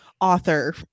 author